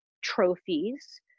trophies